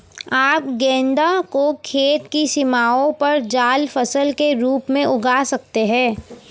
आप गेंदा को खेत की सीमाओं पर जाल फसल के रूप में उगा सकते हैं